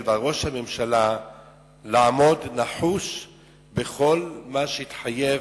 ועל ראש הממשלה לעמוד נחוש בכל מה שהתחייב,